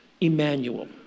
Emmanuel